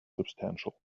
substantial